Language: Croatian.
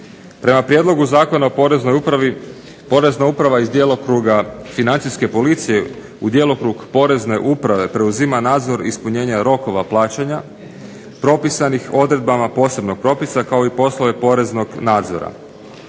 Prema Prijedlogu zakona o Poreznoj upravi Porezna uprava iz djelokruga Financijske policije u djelokrug Porezne uprave preuzima nadzor ispunjenja rokova plaćanja propisanih odredbama posebnog propisa kao i poslove poreznog nadzora.